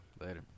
Later